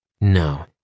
No